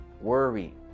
worry